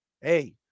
Hey